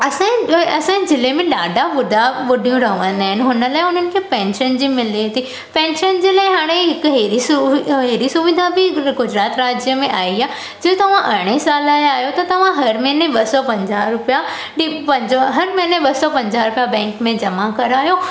असांजे असांजे ज़िले में ॾाढा ॿुढा ॿुढियूं रहंदा आहिनि हुन लाइ हुनखे पेंशन जी मिले थी पेंशन जे लाइ हाणे हिकु अहिड़ी सुवि अहिड़ी सुविधा बि गुजरात राज्य में आई आहे जे तव्हां अरड़हं साल जा आयो त तव्हां हर महिने ॿ सौ पंजाह रुपया डि पंजाह हर महिने ॿ सौ पंजाह रुपया बैंक में जमा करायो